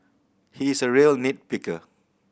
he is a real nit picker